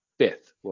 fifth